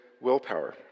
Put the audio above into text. willpower